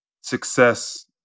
success